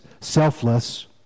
selfless